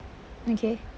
okay